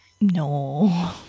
no